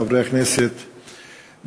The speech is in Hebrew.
חברי הכנסת,